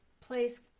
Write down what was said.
place